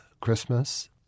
Christmas